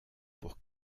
pour